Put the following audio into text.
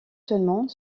seulement